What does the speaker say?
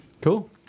Cool